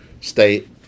state